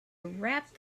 rapped